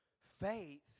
Faith